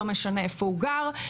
לא משנה איפה הוא גר,